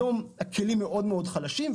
היום הכלים מאוד מאוד חלשים,